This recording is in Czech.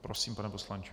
Prosím, pane poslanče.